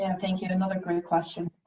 and thank you, another great question.